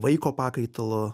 vaiko pakaitalo